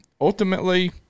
ultimately